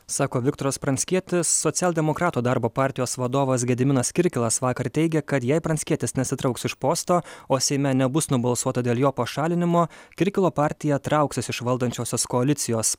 sako viktoras pranckietis socialdemokratų darbo partijos vadovas gediminas kirkilas vakar teigė kad jei pranckietis nesitrauks iš posto o seime nebus nubalsuota dėl jo pašalinimo kirkilo partija trauksis iš valdančiosios koalicijos